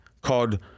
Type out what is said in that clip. called